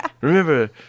Remember